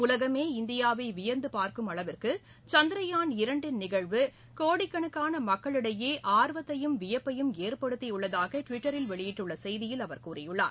உலகமே இந்தியாவை வியந்து பார்க்கும் அளவிற்கு சந்திரயான் இரண்டின் நிகழ்வு கோடிக்கணக்கான மக்களிடையே ஆர்வத்தையும் வியப்பையும் ஏற்படுத்தியுள்ளதாக டுவிட்டரில் வெளியிட்டுள்ள செய்தியில் அவர் கூறியுள்ளார்